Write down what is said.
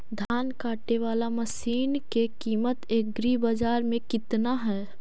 धान काटे बाला मशिन के किमत एग्रीबाजार मे कितना है?